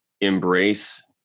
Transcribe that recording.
embrace